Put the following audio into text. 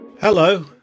Hello